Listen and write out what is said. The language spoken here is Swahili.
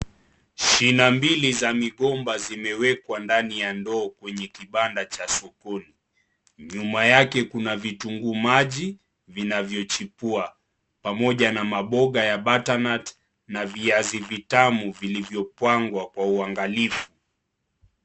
Shina mbili za migomba zimewekwa ndani ya ndoo kwenye kibanda cha sokoni nyuma yake kuna vitunguu maji vinavyo chipua pamoja na maboga ya butternut na viazi vitamu vilivyo kaangwa kwa uangalifu.